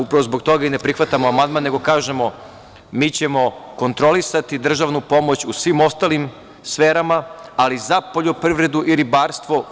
Upravo zbog toga i ne prihvatamo amandman, nego kažemo – mi ćemo kontrolisati državnu pomoć u svim ostalim sferama, ali za poljoprivredu i ribarstvo.